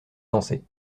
danser